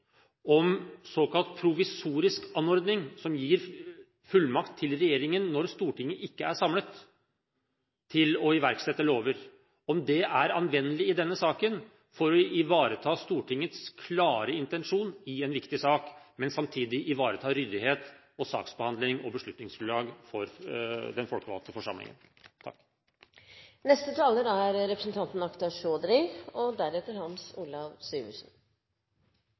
om Grunnloven § 17 om såkalt provisorisk anordning – som, når Stortinget ikke er samlet, gir regjeringen fullmakt til å iverksette lover – er anvendelig i denne saken? Er denne paragrafen anvendelig med hensyn til å ivareta Stortingets klare intensjon i en viktig sak, samtidig som vi ivaretar ryddighet i saksbehandlingen og beslutningsgrunnlaget for den folkevalgte forsamlingen? La meg først slutte meg til komitélederens meget klare, sterke og